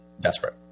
desperate